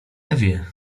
ewie